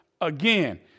again